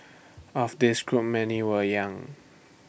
of this group many were young